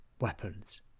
weapons